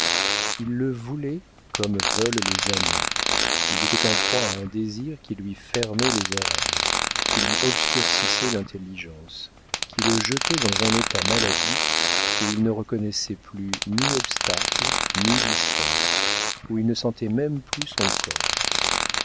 il le voulait comme veulent les amants il était en proie à un désir qui lui fermait les oreilles qui lui obscurcissait l'intelligence qui le jetait dans un état maladif où il ne reconnaissait plus ni obstacles ni distances où il ne sentait même plus son corps